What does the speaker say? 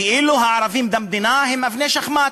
כאילו הערבים במדינה הם אבני שחמט,